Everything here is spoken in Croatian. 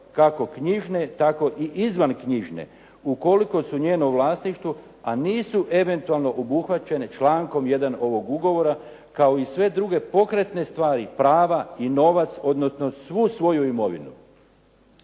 kako knjižne tako i izvanknjižne ukoliko su njeno vlasništvo a nisu eventualno obuhvaćene člankom 1. ovog ugovora kao i sve druge pokretne stvari prava i novac, odnosno svu svoju imovinu."